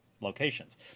locations